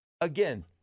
again